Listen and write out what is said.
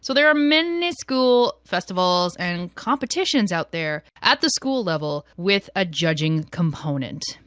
so there are many school festivals and competitions out there at the school level with a judging component.